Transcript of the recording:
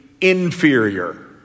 inferior